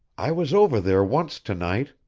i was over there once to-night,